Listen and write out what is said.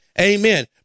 amen